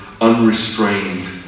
unrestrained